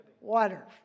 water